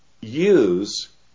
use